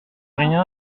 rien